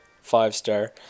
five-star